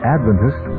Adventist